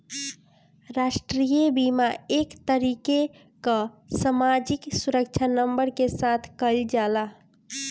राष्ट्रीय बीमा एक तरीके कअ सामाजिक सुरक्षा नंबर के साथ कइल जाला